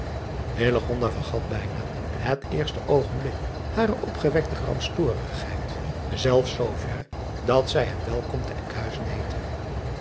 vergat bijna het eerste oogenblik hare opgewekte gramstorigheid zelfs zooverre dat zij hem welkom te nkhuizen heette